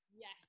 Yes